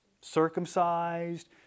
circumcised